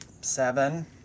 Seven